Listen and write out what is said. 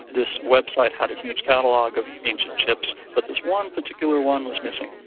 this website had a huge catalogue of ancient chips, but this one particular one was missing.